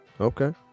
Okay